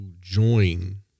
join